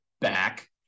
back